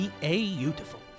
Beautiful